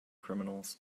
criminals